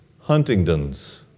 Huntington's